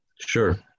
Sure